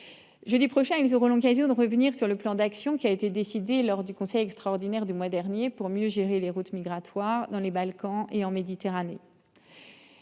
Jeudi prochain, ils auront l'occasion de revenir sur le plan d'action qui a été décidé lors du conseil extraordinaire du mois dernier, pour mieux gérer les routes migratoires dans les Balkans et en Méditerranée.